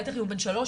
בטח אם הוא בן שלוש,